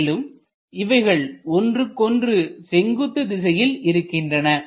மேலும் இவைகள் ஒன்றுக்கொன்று செங்குத்து திசையில் இருக்கின்றன